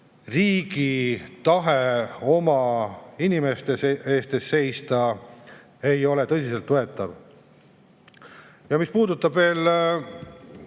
riigi tahe oma inimeste eest seista ei ole tõsiselt võetav. Mis puudutab veel